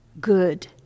good